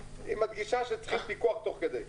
היא מדגישה שצריך פיקוח תוך כדי.